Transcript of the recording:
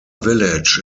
village